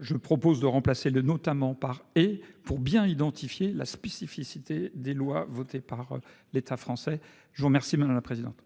Je propose de remplacer le notamment par et pour bien identifier la spécificité des lois votées par l'État français. Je vous remercie madame la présidente.